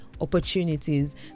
opportunities